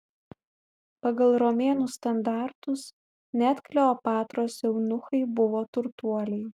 pagal romėnų standartus net kleopatros eunuchai buvo turtuoliai